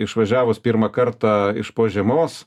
išvažiavus pirmą kartą iš po žiemos